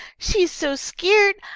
she's so skeered,